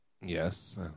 Yes